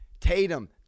Tatum